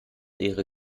ihre